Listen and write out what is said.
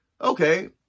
Okay